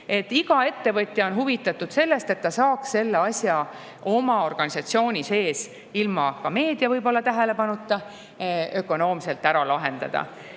Iga ettevõtja on huvitatud sellest, et ta saaks sellised asjad oma organisatsiooni sees – võib-olla ka ilma meedia tähelepanuta – ökonoomselt ära lahendada.